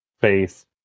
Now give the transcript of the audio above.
faith